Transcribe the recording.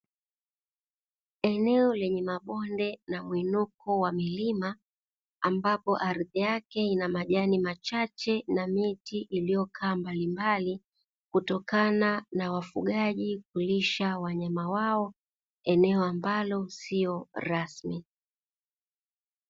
Eneo lenye mabonde na mwinuko wa milima, ambapo ardhi yake Ina majani machache na miti iliyokaa mbalimbali kutokana na wafugaji kulisha wanyama wao, eneo ambalo sio rasmi.